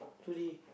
today